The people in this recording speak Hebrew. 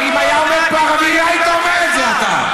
אם היה עומד פה ערבי, לא היית אומר את זה אתה.